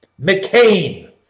McCain